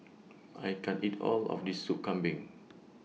I can't eat All of This Sup Kambing